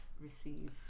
receive